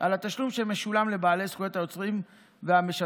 על התשלום שמשולם לבעלי זכויות היוצרים והמשדרים,